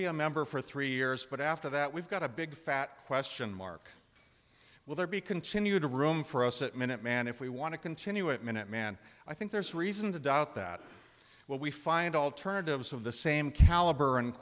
be a member for three years but after that we've got a big fat question mark will there be continue to room for us at minuteman if we want to continue it minuteman i think there's reason to doubt that when we find alternatives of the same caliber and